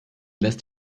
lässt